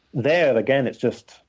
there, again, it's just